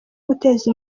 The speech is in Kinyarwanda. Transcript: guteza